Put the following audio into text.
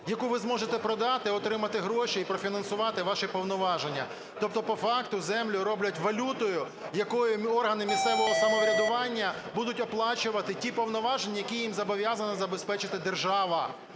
яку ви зможете продати, отримати гроші і профінансувати ваші повноваження. Тобто по факту землю роблять валютою, якою органи місцевого самоврядування будуть оплачувати ті повноваження, які їм зобов'язана забезпечити держава.